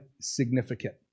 significant